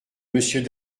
monsieur